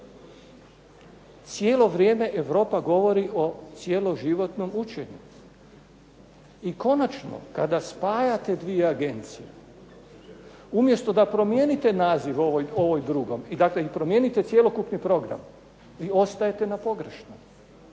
Cijelo vrijeme Europa govori o cijeloživotnom učenju. I konačno kada spajate dvije agencije, umjesto da promijenite naziv ovoj drugom, i dakle i promijenite cjelokupni program, vi ostajete na pogrešnom,